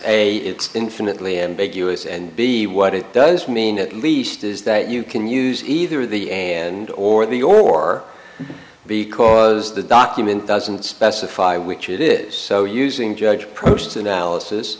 your is a infinitely ambiguous and b what it does mean at least is that you can use either the a and or the or because the document doesn't specify which it is so using judge approaches analysis